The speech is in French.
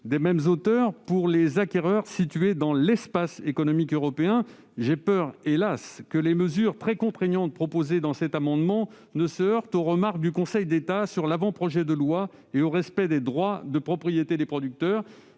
se lire en complément de l'amendement n° 22. J'ai peur, hélas, que les mesures très contraignantes proposées dans cet amendement ne se heurtent aux remarques du Conseil d'État sur l'avant-projet de loi et au respect des droits de propriété des producteurs.